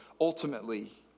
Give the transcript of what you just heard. ultimately